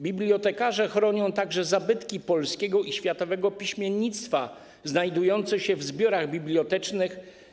Bibliotekarze chronią także zabytki polskiego i światowego piśmiennictwa znajdujące się w zbiorach bibliotecznych.